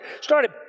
started